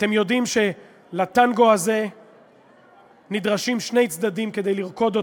ואתם יודעים שלטנגו הזה נדרשים שני צדדים כדי לרקוד אותו.